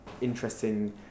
interesting